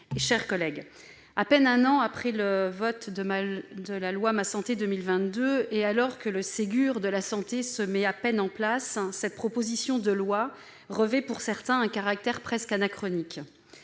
trouver. À peine un an après le vote de la loi Ma santé 2022 et alors que le Ségur de la santé se met tout juste en place, cette proposition de loi revêt pour certains un caractère presque anachronique.